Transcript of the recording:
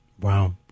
Wow